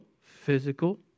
physical